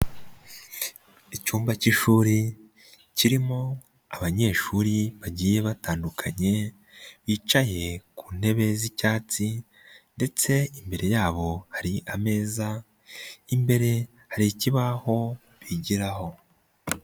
Icyumba k'ishuri kirimo abanyeshuri bagiye batandukanye, bicaye ku ntebe z'icyatsi, ndetse imbere yabo hari ameza, imbere hari ikibaho bigiraho.